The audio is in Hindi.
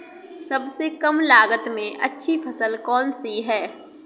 सबसे कम लागत में अच्छी फसल कौन सी है?